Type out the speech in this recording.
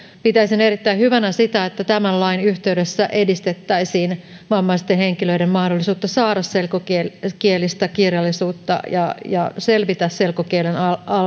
pitäisin erittäin hyvänä sitä että tämän lain yhteydessä edistettäisiin vammaisten henkilöiden mahdollisuutta saada selkokielistä kirjallisuutta ja ja selvitä selkokielen